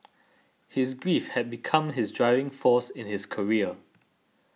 his grief had become his driving force in his career